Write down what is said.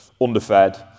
underfed